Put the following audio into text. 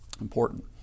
Important